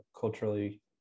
culturally